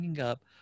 up